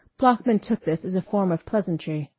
bloeckman took this as a form of pleasantry.